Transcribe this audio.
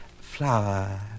Flower